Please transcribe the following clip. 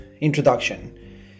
introduction